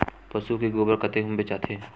पशु के गोबर कतेक म बेचाथे?